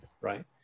right